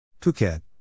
Phuket